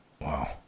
Wow